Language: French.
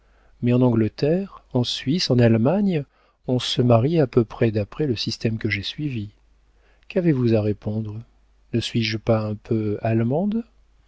mais en angleterre en suisse en allemagne on se marie à peu près d'après le système que j'ai suivi qu'avez-vous à répondre ne suis-je pas un peu allemande